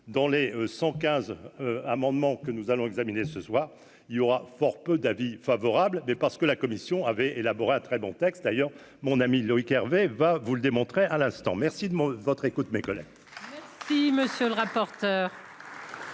dans les 115 amendements que nous allons examiner ce soir il y aura fort peu d'avis favorable, mais parce que la commission avait élaboré un très bon texte d'ailleurs mon ami Loïc Hervé va vous le démontrer, à l'instant, merci de votre écoute mes collègues. Si monsieur le rapporteur.